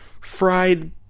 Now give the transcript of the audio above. fried